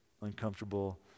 uncomfortable